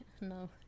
No